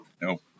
Nope